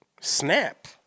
Snap